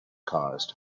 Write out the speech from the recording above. caused